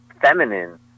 feminine